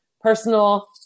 personal